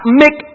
make